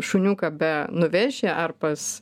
šuniuką be nuveši ar pas